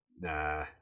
Nah